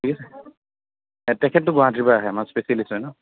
ঠিক আছে তেখেততো গুৱাহাটীৰ পৰা আহে আমাৰ স্পেচিয়েলিষ্ট হয় ন